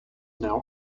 now